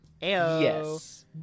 Yes